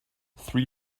three